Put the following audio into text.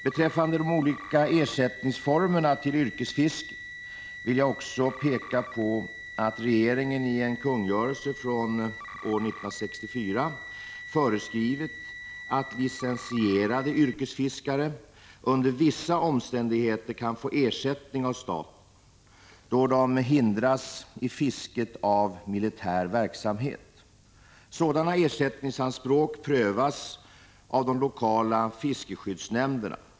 Beträffande de olika formerna av ersättning till yrkesfiske vill jag också peka på att regeringen i en kungörelse från år 1964 har föreskrivit att licensierade yrkesfiskare under vissa omständigheter kan få ersättning av staten då de hindras i fisket av militär verksamhet. Sådana ersättningsanspråk prövas av de lokala fiskeskyddsnämnderna.